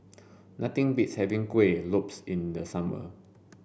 nothing beats having Kuih Lopes in the summer